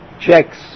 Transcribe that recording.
checks